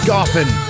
Goffin